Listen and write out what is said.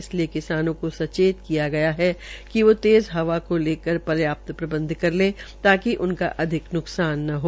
इसके लिये किसानों को सचेत किया गया है कि वो तेज़ हवार को लेकर पर्याप्त प्रबंध कर लें ताकि उनका अधिक न्कसान न हो